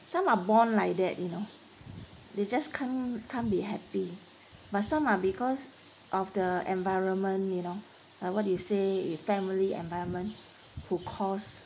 some are born like that you know they just can't can't be happy but some are because of the environment you know like what you say if family environment who cause